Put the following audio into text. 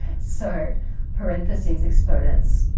so parentheses, exponents,